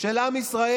של עם ישראל,